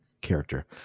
character